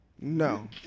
No